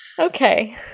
Okay